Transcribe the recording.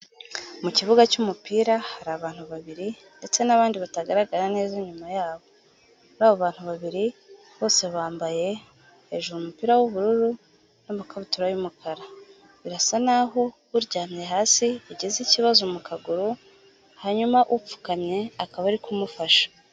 Mu kibuga cy'umupira hari abantu babiri ndetse n'abandi batagaragara neza inyuma yabo, muri abo bantu babiri bose bambaye hejuru umupira w'ubururu n'amakabutura y'umukara, birasa naho uryamye hasi yagize ikibazo mu kaguru, hanyuma upfukamye akaba ari kumufasha.